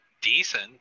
decent